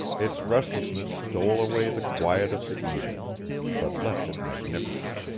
its restlessness stole away the quiet of the evening but left it magnificent.